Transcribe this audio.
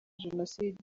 jenoside